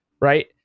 right